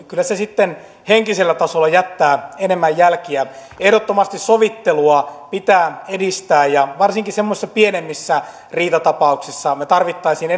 kyllä se henkisellä tasolla jättää enemmän jälkiä ehdottomasti sovittelua pitää edistää ja varsinkin semmoisissa pienemmissä riitatapauksissa me tarvitsisimme